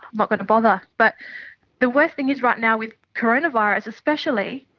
not going to bother. but the worst thing is right now with coronavirus especially,